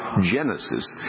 Genesis